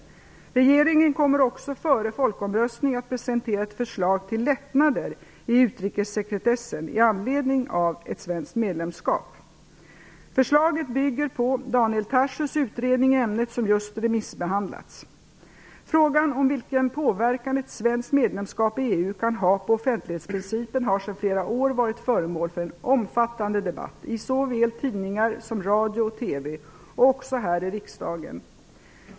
Regeringen kommer också före folkomröstningen att presentera ett förslag till lättnader i utrikessekretessen i anledning av ett svenskt medlemskap. Förslaget bygger på Daniel Tarschys utredning i ämnet som just remissbehandlats. Frågan om vilken påverkan ett svenskt medlemskap i EU kan ha på offentlighetsprincipen har sedan flera år varit föremål för en omfattande debatt i såväl tidningar som radio och TV och också här i riksdagen.